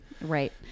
Right